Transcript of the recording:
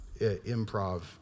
improv